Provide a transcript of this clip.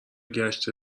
گشت